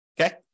Okay